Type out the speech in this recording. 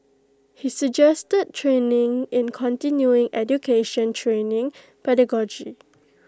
he suggested training in continuing education training pedagogy